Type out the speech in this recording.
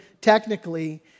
technically